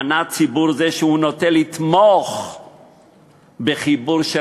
ענה ציבור זה שהוא נוטה לתמוך בחיבור של